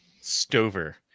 Stover